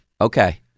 Okay